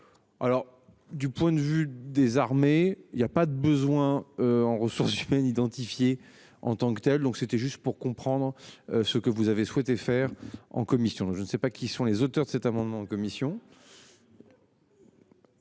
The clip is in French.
Alors du point de vue des armées il y a pas de besoins en ressources humaines identifiées en tant que telle. Donc c'était juste pour comprendre ce que vous avez souhaité faire en commission. Je ne sais pas qui sont les auteurs de cet amendement en commission.